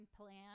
plan